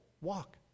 walk